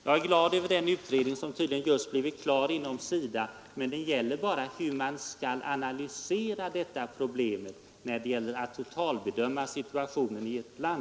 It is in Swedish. Jag är glad över att en utredning nyligen blivit klar inom SIDA. Men den gäller bara hur man skall analysera detta problem för att totalbedöma situationen i varje land.